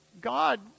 God